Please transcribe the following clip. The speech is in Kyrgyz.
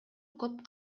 көп